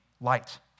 light